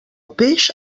peix